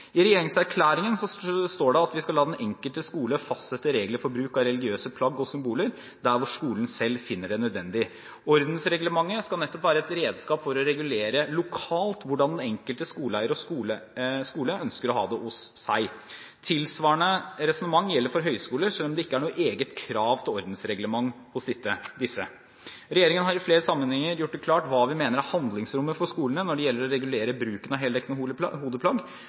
I regjeringserklæringen står det at vi skal la «den enkelte skole fastsette regler for bruk av religiøse plagg og symboler der hvor skolen selv finner det nødvendig.» Ordensreglementet skal nettopp være et redskap for å regulere lokalt hvordan den enkelte skoleeier og den enkelte skole ønsker å ha det hos seg. Tilsvarende resonnement gjelder for høyskoler, selv om det ikke er noe eget krav til ordensreglement hos disse. Regjeringen har i flere sammenhenger gjort det klart hva vi mener er handlingsrommet for skolene når det gjelder å regulere bruken av heldekkende hodeplagg.